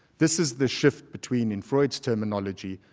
this is the shift between, in freud's terminology,